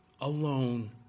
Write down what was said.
alone